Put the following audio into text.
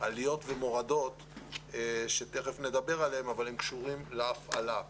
עליות ומורדות שתיכף נדבר עליהן אבל הן קשורות להפעלה.